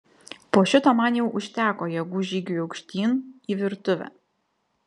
po šito man jau užteko jėgų žygiui aukštyn į virtuvę